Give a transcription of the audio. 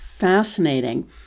fascinating